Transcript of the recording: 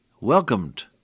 welcomed